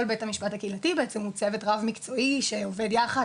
כל בית המשפט הקהילתי בעצם הוא צוות רב מקצועי שעובד יחד